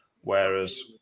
whereas